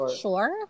sure